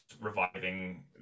reviving